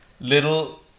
Little